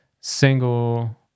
single